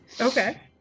okay